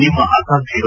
ನಿಮ್ನ ಆಕಾಂಕ್ಷೆಗಳು